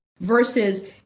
versus